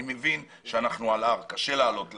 אני מבין שאנחנו על הר, קשה לעלות להר,